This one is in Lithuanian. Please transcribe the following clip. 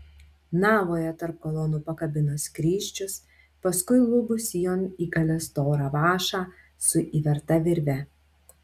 navoje tarp kolonų pakabino skrysčius paskui lubų sijon įkalė storą vąšą su įverta virve